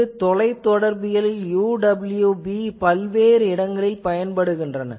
இந்த தொலைதொடர்பியலில் UWB பல்வேறு இடங்களில் பயன்படுகின்றன